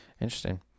Interesting